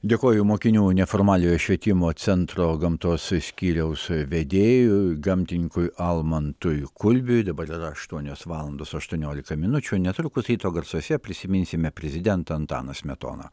dėkoju mokinių neformaliojo švietimo centro gamtos skyriaus vedėjui gamtininkui almantui kulbiui dabar yra aštuonios valandos aštuoniolika minučių netrukus ryto garsuose prisiminsime prezidentą antaną smetoną